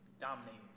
Dominating